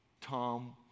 Tom